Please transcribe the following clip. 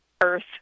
earth